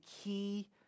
key